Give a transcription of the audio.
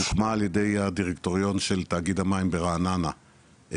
הוקמה על ידי הדירקטוריון של תאגיד המים ברעננה ועדה